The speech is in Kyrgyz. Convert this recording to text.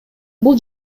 бул